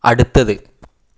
അടുത്തത്